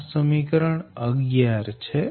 આ સમીકરણ 19 છે